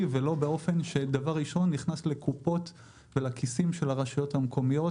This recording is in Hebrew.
ולא באופן שדבר ראשון נכנס לקופות ולכיסים של הרשויות המקומיות